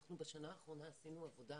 בשנה האחרונה עשינו עבודה